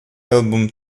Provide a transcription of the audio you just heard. album